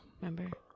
Remember